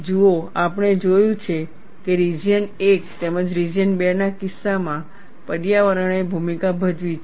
જુઓ આપણે જોયું છે કે રિજિયન 1 તેમજ રિજિયન 2 ના કિસ્સામાં પર્યાવરણે ભૂમિકા ભજવી છે